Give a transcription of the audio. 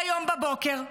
להיום בבוקר.